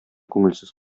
күңелсез